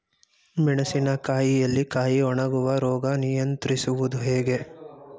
ಮೆಣಸಿನ ಕಾಯಿಯಲ್ಲಿ ಕಾಯಿ ಒಣಗುವ ರೋಗ ನಿಯಂತ್ರಿಸುವುದು ಹೇಗೆ?